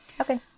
Okay